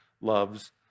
loves